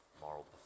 moral